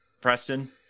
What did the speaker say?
preston